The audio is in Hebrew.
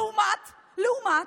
לעומת, לעומת,